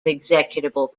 executable